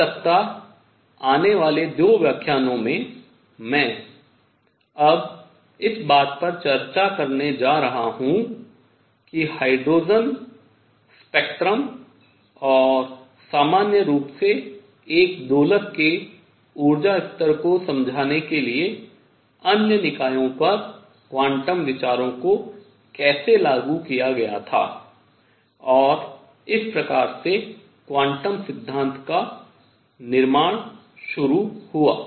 इस सप्ताह आने वाले 2 व्याख्यानों में मैं अब इस बात पर चर्चा करने जा रहा हूँ कि हाइड्रोजन स्पेक्ट्रम वर्णक्रम और सामान्य रूप से एक दोलक के ऊर्जा स्तर को समझाने के लिए अन्य निकायों पर क्वांटम विचारों को कैसे लागू किया गया था और इस प्रकार से क्वांटम सिद्धांत का निर्माण शुरू हुआ